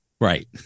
right